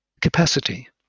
capacity